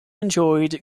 enjoyed